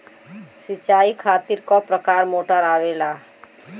सिचाई खातीर क प्रकार मोटर आवेला?